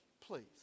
please